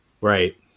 right